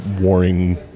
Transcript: warring